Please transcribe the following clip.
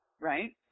right